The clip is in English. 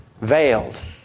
veiled